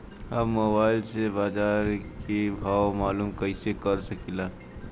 हम मोबाइल से बाजार के भाव मालूम कइसे कर सकीला?